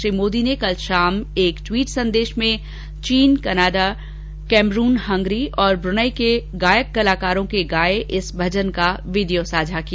श्री मोदी ने कल शाम एक टवीट संदेश में चीन कनाडा कैमरून हंगरी और ब्रनई के गायक कलाकारों के गाये इस भजन का वीडियो साझा किया